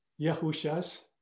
yahusha's